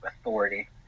authority